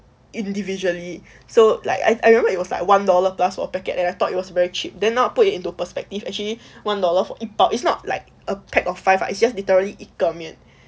individually so like I I remember it was like one dollar plus per packet and I thought it was very cheap then now I put it into perspective actually one dollar for 一包 it's not like a pack of five it's just literally 一个面